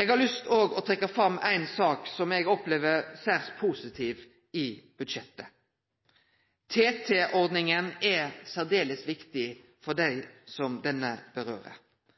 Eg har òg lyst til å trekkje fram ei sak som eg opplever som særs positiv i budsjettet. TT-ordninga er særdeles viktig for dei som denne